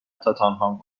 تاتنهام